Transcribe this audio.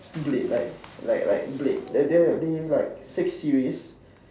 blade like like like blade there they they like six series